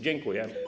Dziękuję.